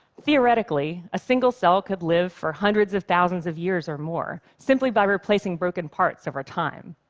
theoretically, a single cell could live for hundreds of thousands of years or more, simply by replacing broken parts over time.